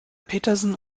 petersen